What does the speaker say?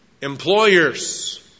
employers